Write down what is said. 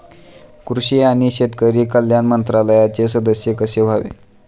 कृषी आणि शेतकरी कल्याण मंत्रालयाचे सदस्य कसे व्हावे?